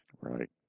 Right